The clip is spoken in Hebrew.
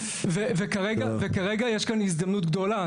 וכרגע יש כאן הזדמנות גדולה,